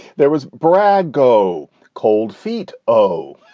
there was brad go cold feet. oh,